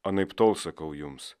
anaiptol sakau jums